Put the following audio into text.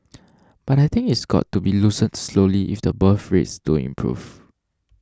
but I think it's got to be loosened slowly if the birth rates don't improve